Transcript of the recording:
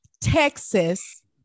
Texas